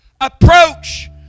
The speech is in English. approach